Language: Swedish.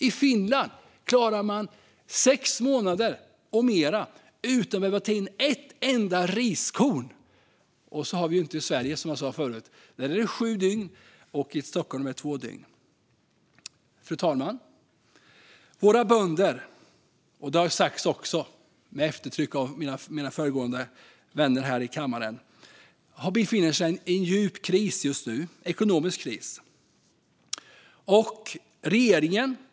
I Finland klarar man sex månader och mer utan att behöva ta in ett enda riskorn. Så har vi det inte i Sverige, som jag sade förut. Här klarar vi oss i sju dygn och i Stockholm i två dygn. Fru talman! Våra bönder - det har också sagts med eftertryck av föregående talare och vänner här i kammaren - befinner sig i en djup ekonomisk kris just nu.